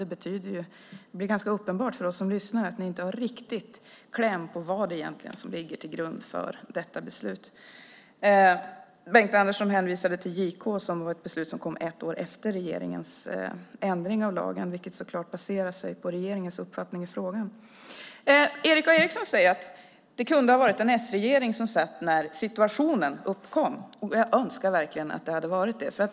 Det är ganska uppenbart för oss som lyssnar att ni inte riktigt har kläm på vad det egentligen är som ligger till grund för detta beslut. Bengt-Anders Johansson hänvisade till JK, vars beslut kom ett år efter regeringens ändring av lagen och vilket så klart baserade sig på regeringens uppfattning i frågan. Erik A Eriksson säger att det kunde ha varit en s-regering som satt när situationen uppkom. Jag önskar verkligen att det hade varit det!